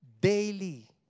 daily